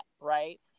right